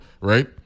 right